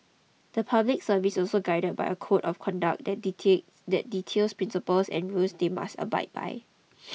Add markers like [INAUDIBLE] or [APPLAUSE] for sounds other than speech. the public service is also guided by a code of conduct that details that details principles and rules they must abide by [NOISE]